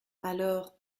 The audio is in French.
alors